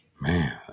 man